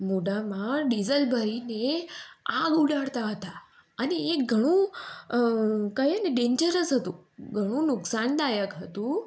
મોઢામાં ડીઝલ ભરી દે આગ ઉડાડતા હતા અને એ ઘણું કહી શકાય ને કે ડેન્જરસ હતું ઘણું નુકશાનદાયક હતું